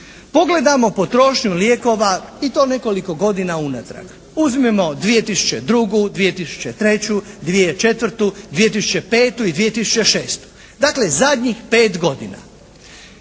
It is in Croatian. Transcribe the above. Pogledajmo potrošnju lijekova i to nekoliko godina unatrag. Uzmimo 2002., 2003., 2004., 2005. i 2006. Dakle, zadnjih 5 godina.